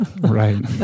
Right